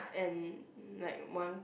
and like one